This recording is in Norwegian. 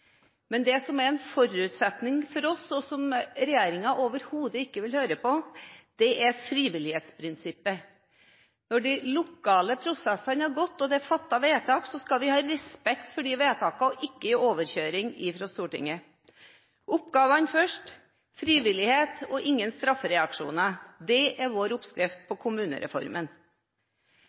Men det som er en forutsetning for oss, og som regjeringen overhodet ikke vil høre på, er frivillighetsprinsippet. Når de lokale prosessene har gått, og det er fattet vedtak, skal vi ha respekt for de vedtakene og ikke overkjøre dem i Stortinget. Oppgavene først, frivillighet og ingen straffereaksjoner: Det er vår oppskrift på kommunereformen.